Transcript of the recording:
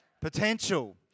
Potential